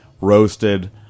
roasted